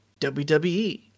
WWE